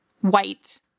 white